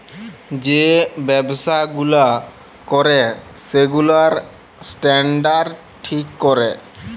যে ব্যবসা গুলা ক্যরে সেগুলার স্ট্যান্ডার্ড ঠিক ক্যরে